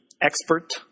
expert